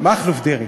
מכלוף דרעי.